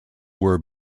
were